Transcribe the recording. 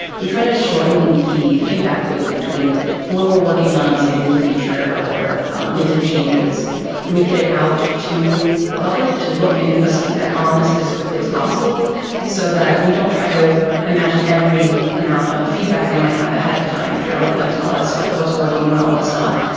we try to to shorten the feedback loop between when we're working on a new feature or making changes that we get out to the public to look and give us feedback on us as quickly as possible so that we don't try to imagine every amount of feedback they might have ahead of time. we try to let them tell us but what's working well, what's not.